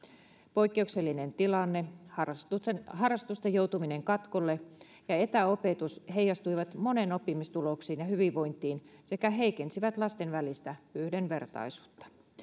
poikkeuksellinen tilanne harrastusten harrastusten joutuminen katkolle ja etäopetus heijastuivat monen oppimistuloksiin ja hyvinvointiin sekä heikensivät lasten välistä yhdenvertaisuutta